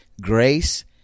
grace